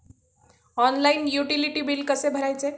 Online utility बिले कसे भरायचे?